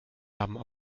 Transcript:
lamm